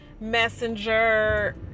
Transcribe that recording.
Messenger